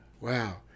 wow